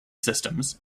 systems